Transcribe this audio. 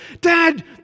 Dad